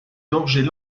gorgées